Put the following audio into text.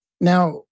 Now